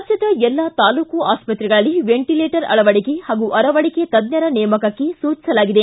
ರಾಜ್ಡದ ಎಲ್ಲಾ ತಾಲೂಕು ಆಸ್ವತ್ರೆಗಳಲ್ಲಿ ವೆಂಟಿಲೇಟರ್ ಅಳವಡಿಕೆ ಹಾಗೂ ಅರವಳಿಕೆ ತಜ್ಞರ ನೇಮಕಕ್ಕೆ ಸೂಚಿಸಲಾಗಿದೆ